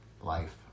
life